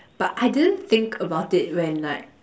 but I didn't think about it when like